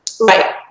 Right